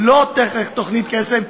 לא תוכנית קסם,